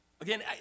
Again